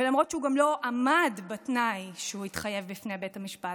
ולמרות שהוא גם לא עמד בתנאי שהוא התחייב לעמוד בו בפני בית המשפט.